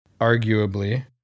arguably